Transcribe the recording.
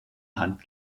hand